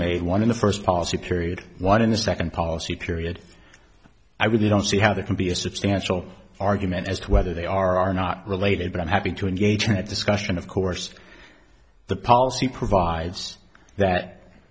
made one in the first policy period one in the second policy period i would be don't see how there can be a substantial argument as to whether they are not related but i'm happy to engage in a discussion of course the policy provides that